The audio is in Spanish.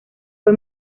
fue